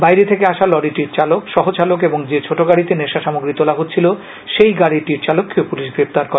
বাইরে থেকে আসা লরিটির চালক সহ চালক এবং যে ছোট গাড়িতে নেশা সামগ্রী তোলা হচ্ছিল সেই গাডিটির চালককেও পুলিশ গ্রেপ্তার করে